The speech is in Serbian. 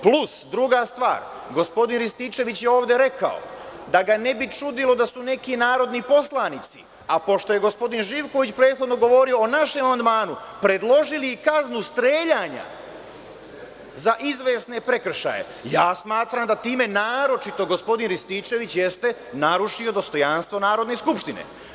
Plus, druga stvar, gospodin Rističević je ovde rekao da ga ne bi čudilo da su neki narodni poslanici, a pošto je gospodin Živković prethodno govorio o našem amandmanu, predložili i kaznu streljanja za izvesne prekršaja, smatram da time naročito gospodin Rističević jeste narušio dostojanstvo Narodne skupštine.